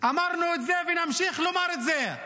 אמרנו את זה ונמשיך לומר את זה.